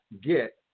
get